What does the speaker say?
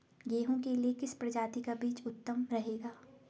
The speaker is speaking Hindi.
गेहूँ के लिए किस प्रजाति का बीज उत्तम रहेगा?